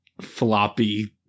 floppy